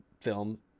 film